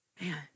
Man